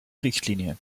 richtlinie